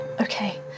okay